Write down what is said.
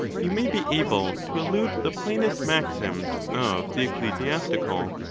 you may be able to elude the plainest maxims of the ecclesiastical.